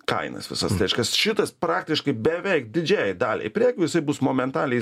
kainas visas reiškias šitas praktiškai beveik didžiajai daliai prekių jisai bus momentaliai